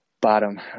bottom